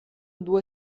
due